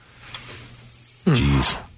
Jeez